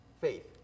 faith